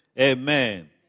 Amen